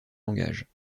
langage